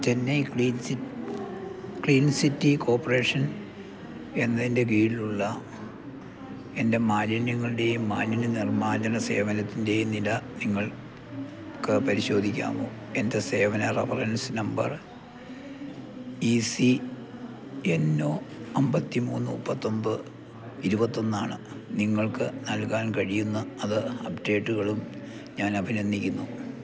Chennai clean clean city corporation എന്നതിൻ്റെ കീഴിലുള്ള എൻ്റെ മാലിന്യങ്ങളുടേയും മാലിന്യ നിർമാർജന സേവനത്തിൻ്റെയും നില നിങ്ങൾക്ക് പരിശോധിക്കാമോ എൻ്റെ സേവന reference number E C N O അമ്പത്തി മൂന്ന് മുപ്പത്തി ഒമ്പത് ഇരുപത്തി ഒന്നാണ് നിങ്ങൾക്ക് നല്കാൻ കഴിയുന്ന അത് അപ്ഡേറ്റ്കളും ഞാൻ അഭിനന്ദിക്കുന്നു